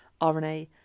RNA